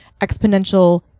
exponential